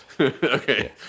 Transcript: Okay